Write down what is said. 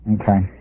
Okay